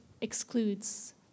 excludes